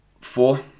four